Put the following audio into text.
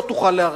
לא תוכל לערער.